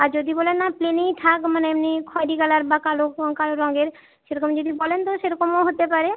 আর যদি বলেন না প্লেনেই থাক মানে এমনি খয়েরি কালার বা কালো কালো রঙের সেরকম যদি বলেন তো সেরকমও হতে পারে